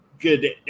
good